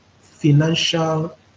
financial